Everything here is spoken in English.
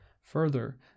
Further